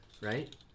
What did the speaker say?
right